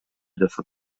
жасап